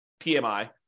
PMI